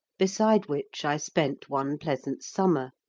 beside which i spent one pleasant summer.